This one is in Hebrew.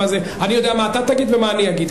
אני יודע מה אתה תגיד ומה אני אגיד.